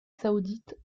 saoudite